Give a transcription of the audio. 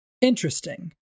Interesting